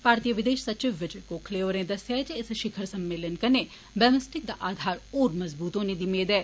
मारतीय विदेश सचिव विजय गोखले होरें दस्सेआ जे इस शिखर सम्मेलन कन्नै बिम्सटेक दा आघार होर मजबूत होने दी मेद ऐ